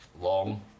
long